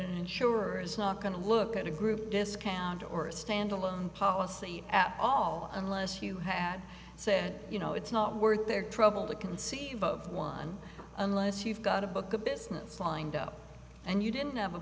that insurer is not going to look at a group discount or a standalone policy at all unless you had said you know it's not worth their trouble to conceive of one unless you've got a book a business lined up and you didn't